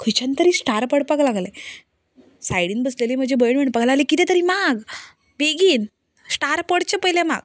खंयच्यान तरी स्टार पडपाक लागलें सायडीन बशिल्ली म्हजी भयण म्हणपाक लागली कितें तरी माग बेगीन स्टार पडचे पयलीं माग